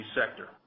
sector